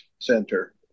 center